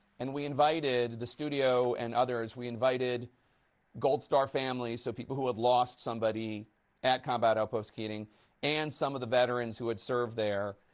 and we invited the studio and others, we invited gold star families, so people who had lost somebody at combat outpost keating and some of the veterans who had served there,